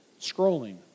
scrolling